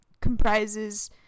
comprises